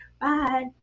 Bye